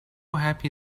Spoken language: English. happy